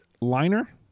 liner